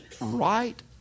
right